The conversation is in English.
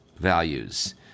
values